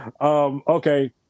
Okay